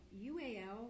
UAL